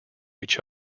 each